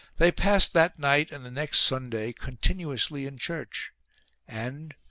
they passed that night and the next sunday continuously in church and,